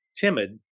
timid